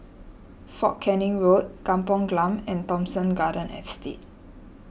fort Canning Road Kampung Glam and Thomson Garden Estate